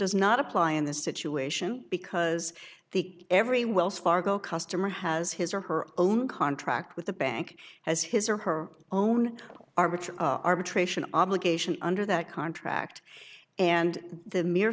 does not apply in this situation because the every wells fargo customer has his or her own contract with the bank has his or her own or rich arbitration obligation under that contract and the mere